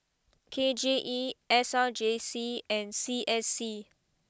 K J E S R J C and C S C